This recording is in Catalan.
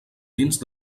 dins